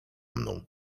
mną